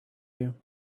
you